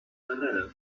darrere